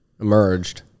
emerged